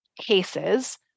cases